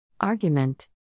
Argument